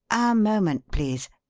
a moment, please.